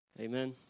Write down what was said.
Amen